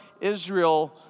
Israel